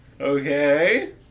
Okay